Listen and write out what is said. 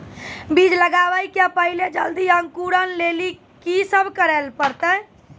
बीज लगावे के पहिले जल्दी अंकुरण लेली की सब करे ले परतै?